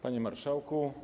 Panie Marszałku!